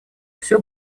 все